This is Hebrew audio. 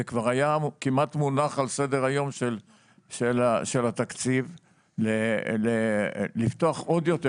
זה כבר כמעט היה מונח על סדר היום של התקציב לפתוח עוד יותר